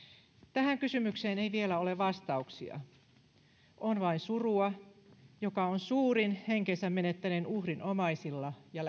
tähän kysymykseen ei vielä ole vastauksia on vain surua joka on suurin henkensä menettäneen uhrin omaisilla ja